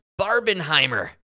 barbenheimer